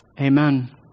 Amen